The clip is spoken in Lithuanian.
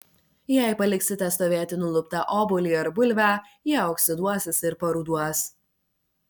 jei paliksite stovėti nuluptą obuolį ar bulvę jie oksiduosis ir paruduos